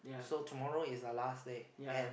so tomorrow is the last day and